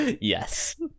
yes